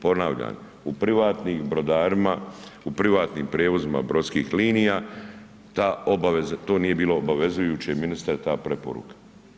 Ponavljam u privatnim brodarima, u privatnim prijevozima brodskih linija ta obaveza to nije bilo obavezujuće ministre ta preporuka.